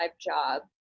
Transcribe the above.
job